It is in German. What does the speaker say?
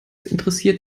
interessiert